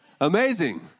Amazing